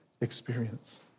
experience